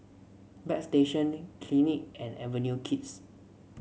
Bagstationz Clinique and Avenue Kids